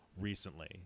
recently